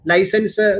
License